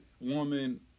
woman